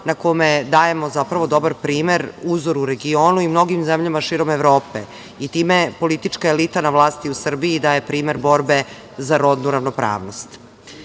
na kome dajemo, zapravo, dobar primer, uzor, u regionu i mnogim zemljama širom Evrope i time politička elita na vlasti u Srbiji daje primer borbe za rodnu ravnopravnost. Potrebno